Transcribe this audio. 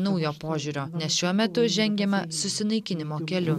naujo požiūrio nes šiuo metu žengiame susinaikinimo keliu